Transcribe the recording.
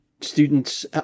students